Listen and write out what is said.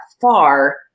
far